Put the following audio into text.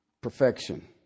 Perfection